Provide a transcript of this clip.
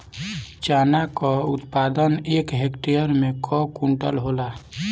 चना क उत्पादन एक हेक्टेयर में कव क्विंटल होला?